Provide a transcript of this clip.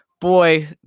Boy